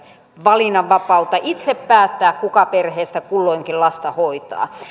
valinnanvapautta itse päättää kuka perheestä kulloinkin lasta hoitaa